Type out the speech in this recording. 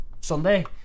Sunday